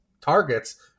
targets